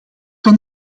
van